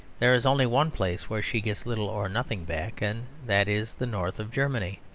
there is only one place where she gets little or nothing back and that is the north of germany.